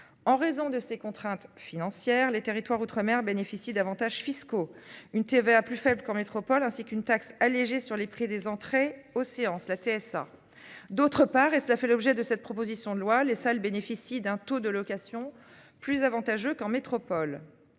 En raison de ses contraintes financières, les territoires Outre-Mer bénéficient d'avantages fiscaux. Une TVA plus faible qu'en métropole, ainsi qu'une taxe allégé sur les prix des entrées aux séances la TSA. D'autre part et cela fait l'objet de cette proposition de loi, les salles bénéficient d'un taux de location plus avantageux qu'en métropole.